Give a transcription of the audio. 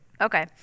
Okay